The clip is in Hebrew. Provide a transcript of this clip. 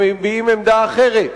שמביעים עמדה אחרת.